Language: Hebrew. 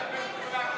אתה קורא לנו?